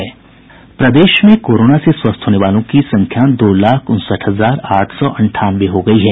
प्रदेश में कोरोना से स्वस्थ होने वालों की संख्या दो लाख उनसठ हजार आठ सौ अंठानवे हो गयी है